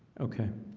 okay,